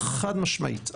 חד משמעית,